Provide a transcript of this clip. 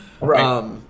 Right